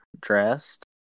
dressed